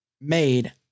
made